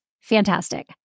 Fantastic